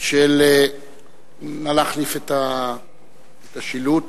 נא להחליף את השילוט.